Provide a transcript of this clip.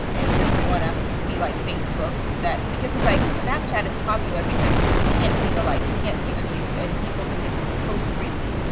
and doesn't want to be like facebook. because it's like snapchat is popular because you can't see the likes, you can't see the views and people can just post freely.